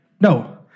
No